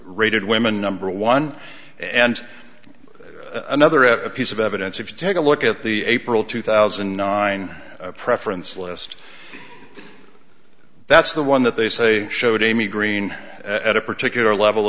rated women number one and another a piece of evidence if you take a look at the april two thousand and nine preference list that's the one that they say showed amy green at a particular level